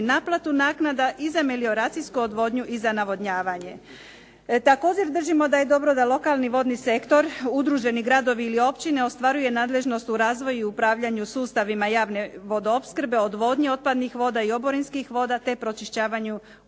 naknadu naplata i za melioracijsku odvodnju i za navodnjavanje. Također držimo da je dobro da lokalni vodni sektor udruženi gradovi ili općine ostvaruju nadležnost u razvoju i upravljanju sustavima javne vodoopskrbe, odvodnje otpadnih voda i oborinskih voda te pročišćavanju